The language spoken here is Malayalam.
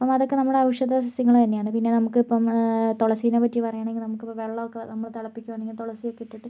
അപ്പോൾ അതൊക്കെ നമ്മളെ ഔഷധ സസ്യങ്ങള് തന്നെയാണ് പിന്നെ നമുക്കിപ്പം തുളസീനെ പറ്റി പറയുകയാണെങ്കിൽ നമുക്കിപ്പം വെള്ളമൊക്കെ നമ്മള് തിളപ്പിക്കുകയാണെങ്കിൽ തുളസിയൊക്കെ ഇട്ടിട്ട്